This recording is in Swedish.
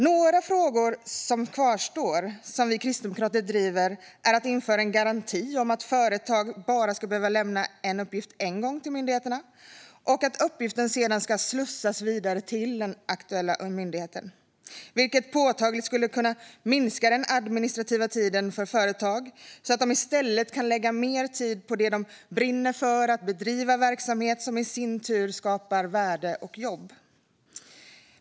Några frågor som kvarstår som vi kristdemokrater driver är att införa en garanti om att företag bara ska behöva lämna en uppgift en gång till myndigheterna och att uppgiften sedan ska slussas vidare till den aktuella myndigheten. Det skulle påtagligt kunna minska den administrativa tiden för företag så att de i stället kan lägga mer tid på det de brinner för, att bedriva verksamhet, vilket i sin tur skapar värde och jobb.